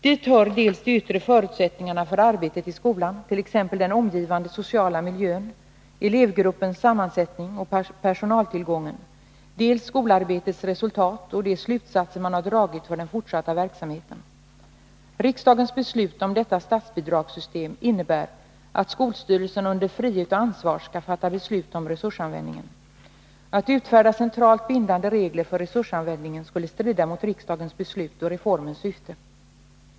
Dit hör dels de yttre förutsättningarna för arbetet i skolan, t.ex. den omgivande sociala miljön, elevgruppens sammansättning och personaltillgången, dels skolarbetets resultat och de slutsatser man har dragit för den fortsatta verksamheten. Riksdagens beslut om detta statsbidragssystem innebär att skolstyrelserna under frihet och ansvar skall fatta beslut om resursanvändningen. Att utfärda centralt bindande regler för resursanvändningen skulle strida mot riksdagens beslut och reformens syfte.